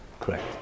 correct